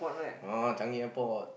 ah Changi-Airport